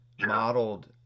modeled